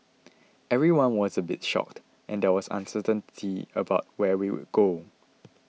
everyone was a bit shocked and there was uncertainty about where we would go